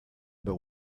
but